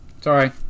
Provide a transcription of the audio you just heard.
Sorry